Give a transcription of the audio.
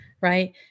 right